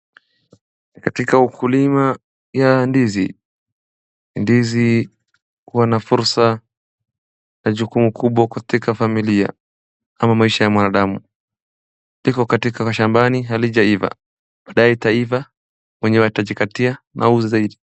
Katika ukulima ya ndizi, ndizi kuwa na fursa na jukuu kubwa katika familia kama maisha ya mwanadamu, yako katika shambani halijaiva baadae itaiva wenyewe watajikatia na wauze.